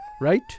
right